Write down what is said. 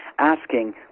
asking